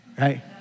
Right